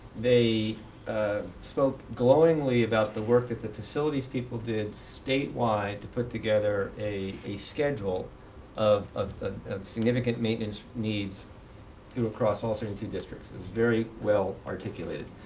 they spoke glowingly about the work that the facilities people did statewide to put together a a schedule of of significant maintenance needs through across all seventeen districts. it was very well particulated.